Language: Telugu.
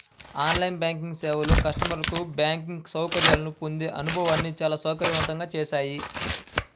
ఆన్ లైన్ బ్యాంకింగ్ సేవలు కస్టమర్లకు బ్యాంకింగ్ సౌకర్యాలను పొందే అనుభవాన్ని చాలా సౌకర్యవంతంగా చేశాయి